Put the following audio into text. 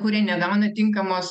kurie negauna tinkamos